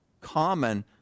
common